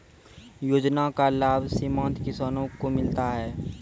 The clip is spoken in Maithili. योजना का लाभ सीमांत किसानों को मिलता हैं?